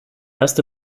erste